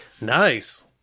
Nice